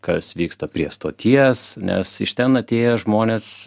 kas vyksta prie stoties nes iš ten atėję žmonės